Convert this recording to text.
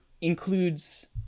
includes